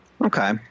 Okay